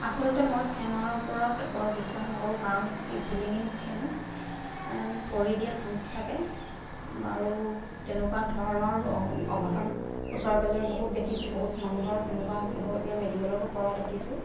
আচলতে মই ফেনৰ ওপৰত বৰ বিশ্বাস নকৰোঁ কাৰণ ছিলিঙিন ফেন পৰি দিয়া চান্স থাকে আৰু তেনেকুৱা ধৰণৰ অঘটন ওচৰে পাজৰে বহুত দেখিছোঁ বহুত মানুহৰ তেনেকুৱা হৈ পেলাই মেডিকেলতো পৰা দেখিছোঁ